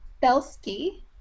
Belsky